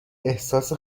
احساس